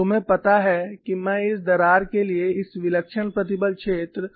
और तुम्हें पता है कि मैं इस दरार के लिए इस विलक्षण प्रतिबल क्षेत्र